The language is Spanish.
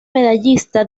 medallista